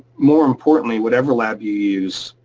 more importantly, whatever lab you use,